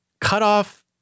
cutoff